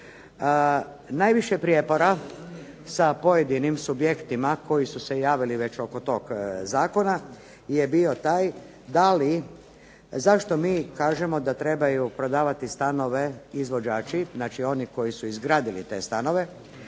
Najviše prijepora sa pojedinim subjektima koji su se javili već oko tog zakona je bio taj zašto mi kažemo da trebaju prodavati stanove izvođači, znači oni koji su izgradili te stanove